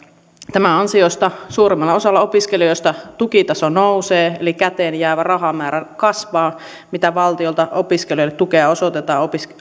tämän ansiosta suurimmalla osalla opiskelijoista tukitaso nousee eli se käteenjäävä rahamäärä kasvaa mitä valtiolta opiskelijoille tukea osoitetaan